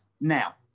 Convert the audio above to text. now